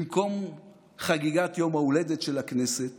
במקום חגיגת יום ההולדת של הכנסת